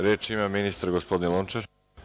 Reč ima ministar gospodin Lončar.